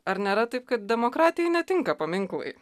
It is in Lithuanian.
ar nėra taip kad demokratijai netinka paminklai